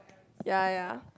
ya ya ya